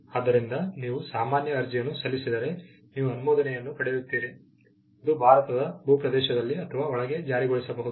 ಆದ್ದರಿಂದ ನೀವು ಸಾಮಾನ್ಯ ಅರ್ಜಿಯನ್ನು ಸಲ್ಲಿಸಿದರೆ ನೀವು ಅನುಮೋದನೆಯನ್ನು ಪಡೆಯುತ್ತೀರಿ ಅದು ಭಾರತದ ಭೂಪ್ರದೇಶದಲ್ಲಿ ಅಥವಾ ಒಳಗೆ ಜಾರಿಗೊಳಿಸಬಹುದು